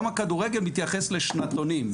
גם הכדורגל מתייחס לשנתונים.